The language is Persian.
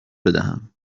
بدهم